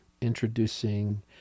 introducing